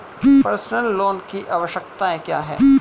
Personal loan की आवश्यकताएं क्या हैं?